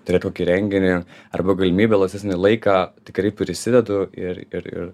turėt tokį renginį arba galimybę laisvesnį laiką tikrai prisidedu ir ir ir